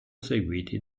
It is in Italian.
seguiti